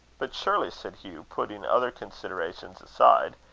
but surely, said hugh, putting other considerations aside,